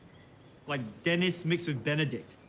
like dennis mixed with benedict?